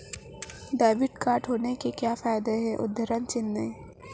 Debit card होने के क्या फायदे हैं?